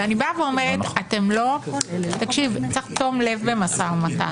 צריך תום לב במשא ומתן.